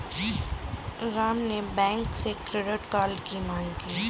राम ने बैंक से credit card की माँग की